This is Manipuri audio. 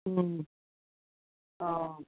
ꯎꯝ ꯑꯣ